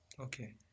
Okay